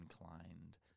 inclined